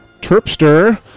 Terpster